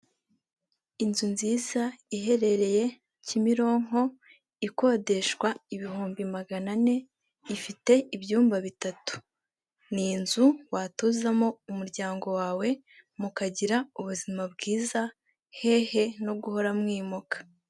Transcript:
Inzu nziza iherereye Kimironko ikodeshwa ibihumbi magana ane, ifite ibyumba bitatu. Ni inzu watuzamo umuryango wawe mukagira ubuzima bwiza, hehe no guhora mwimuka.